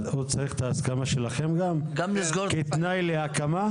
הוא צריך את ההסכמה שלכם גם כתנאי להקמה?